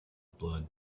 blood